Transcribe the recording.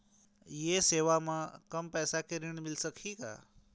ये सेवा म कम पैसा के ऋण मिल सकही का?